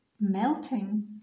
melting